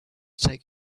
take